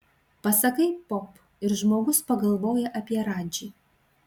pasakai pop ir žmogus pagalvoja apie radžį